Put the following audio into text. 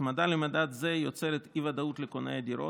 הצמדה למדד זה יוצרת אי-ודאות לקוני הדירות,